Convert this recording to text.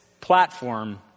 platform